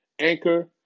Anchor